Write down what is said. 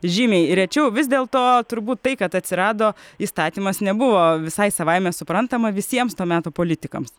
žymiai rečiau vis dėl to turbūt tai kad atsirado įstatymas nebuvo visai savaime suprantama visiems to meto politikams